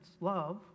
love